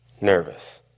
nervous